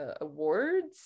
awards